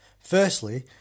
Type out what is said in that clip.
Firstly